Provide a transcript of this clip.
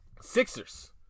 Sixers